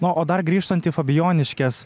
na o dar grįžtant į fabijoniškes